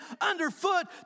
underfoot